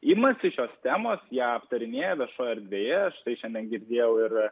imasi šios temos ją aptarinėja viešoje erdvėje štai šiandien girdėjau ir